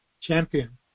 Champion